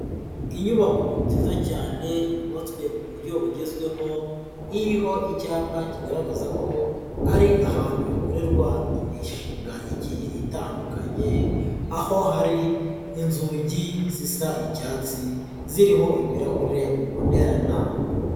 Inyubako nziza cyane yubatswe mu buryo bugezweho iriho icyapa kigaragaza ko ari ahantu hakorerwa imishinga igiye itandukanye aho hari inzugi zisa icyatsi ziriho ibirahure bibonerana.